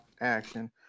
action